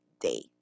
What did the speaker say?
day